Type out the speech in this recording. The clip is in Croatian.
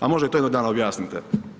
A možda i to jednog dana objasnite.